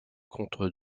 contre